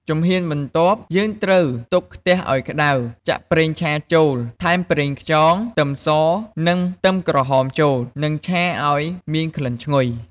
ជំហានបន្ទាប់ យើងត្រូវទុកខ្ទះឱ្យក្ដៅ ចាក់ប្រេងឆាចូល ថែមប្រេងខ្យង ខ្ទឹមស និងខ្ទឹមក្រហមចូល និងឆាឱ្យមានក្លិនឈ្ងុយ ។